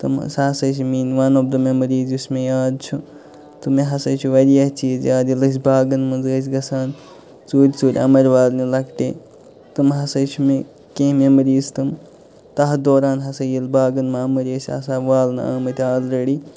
تِم سو ہسے چھِ میٲنۍ وَن آف دےٚ میموریز یُس مےٚ یاد چھُ تہٕ مےٚ ہسا چھِ واریاہ چیٖز یاد ییٚلہِ أسۍ باغَن منٛز ٲسۍ گژھان ژورِ ژورِ اَمٕۍ والنہِ لَکٹہِ تِم ہسے چھِ مےٚ کیٚنٛہہ میموریِز تِم تَتھ دوران ہسا ییٚلہٕ باغَن اَمٕرۍ ٲسۍ آسان والنہٕ آمٕتۍ آلرٕڈی